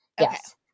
Yes